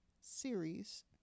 series